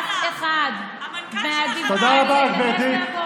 אף אחד, אף אחד, תודה רבה, גברתי.